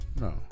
No